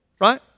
right